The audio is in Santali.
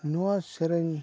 ᱱᱚᱣᱟ ᱥᱮᱨᱮᱧ